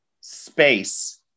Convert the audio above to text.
space